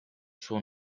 suo